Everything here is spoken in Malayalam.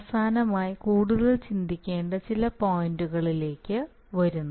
അവസാനമായി കൂടുതൽ ചിന്തിക്കേണ്ട ചില പോയിന്റുകളിലേക്ക് വരുന്നു